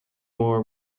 more